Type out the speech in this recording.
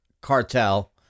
cartel